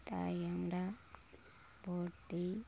তাই আমরা ভোট দিই